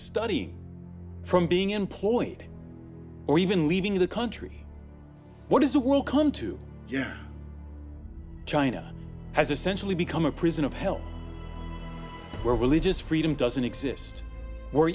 study from being employed or even leaving the country what is it will come to you china has essentially become a prison of hell where religious freedom doesn't exist or